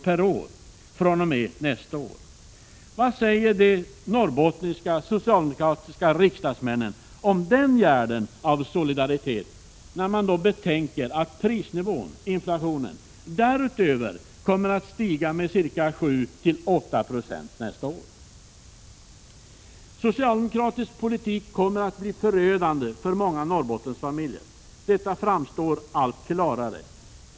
per år fr.o.m. nästa år. Vad säger de norrbottniska socialdemokratiska riksdagsmännen om den gärden av solidaritet, när man då betänker att prisnivån — inflationen — därutöver kommer att stiga med ca 7—8 90 nästa år? En socialdemokratisk politik kommer att bli förödande för många Norrbottensfamiljer. Detta framstår allt klarare.